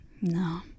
No